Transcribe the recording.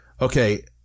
okay